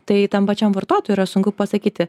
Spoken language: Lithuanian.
tai tam pačiam vartotojui yra sunku pasakyti